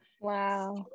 Wow